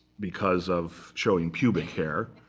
because of showing pubic hair.